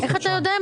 איך אתה יודע?